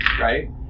right